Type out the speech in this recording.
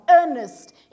earnest